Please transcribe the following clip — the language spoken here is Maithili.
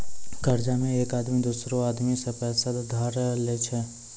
कर्जा मे एक आदमी दोसरो आदमी सं पैसा उधार लेय छै